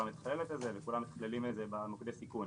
מתכללת את זה וכולם מתכללים את זה במוקדי הסיכון.